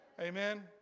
Amen